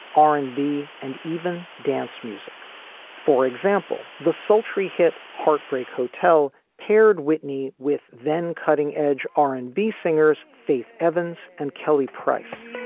r and b and even dance music for example, the sultry hit heartbreak hotel paired whitney with then cutting edge r and b singers faith evans and kelly price